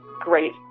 great